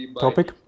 topic